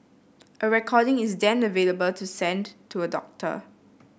a recording is then available to send to a doctor